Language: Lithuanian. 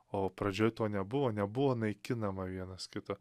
o pradžioj to nebuvo nebuvo naikinama vienas kito